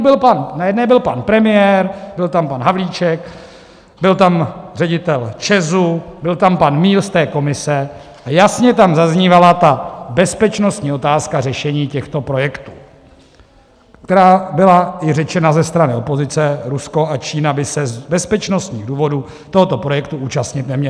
Na jedné byl pan premiér, byl tam pan Havlíček, byl tam ředitel ČEZu, byl tam pan Míl z té komise a jasně tam zaznívala bezpečnostní otázka řešení těchto projektů, která byla i řečena ze strany opozice, Rusko a Čína by se z bezpečnostních důvodů tohoto projektu účastnit neměly.